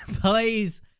Please